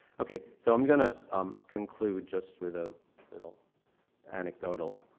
okay, so i'm going to conclude just with a little anecdotal